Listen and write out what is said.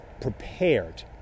prepared